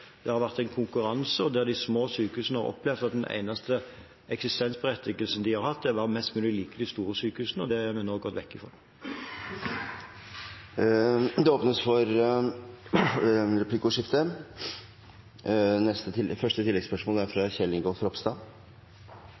som har vært tidligere, nemlig konkurranse, der de små sykehusene har opplevd at den eneste eksistensberettigelsen de har hatt, var å være mest mulig lik de store sykehusene. Det har vi nå gått vekk ifra. Det blir oppfølgingsspørsmål – først Kjell Ingolf Ropstad.